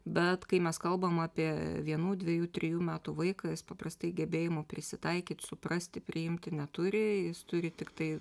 bet kai mes kalbam apie vienų dvejų trejų metų vaiką jis paprastai gebėjimų prisitaikyt suprasti priimti neturi jis turi tiktai